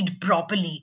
properly